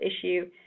issue